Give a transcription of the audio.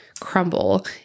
crumble